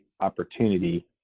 opportunity